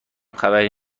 خبری